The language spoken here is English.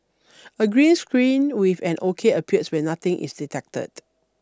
a green screen with an O K appears when nothing is detected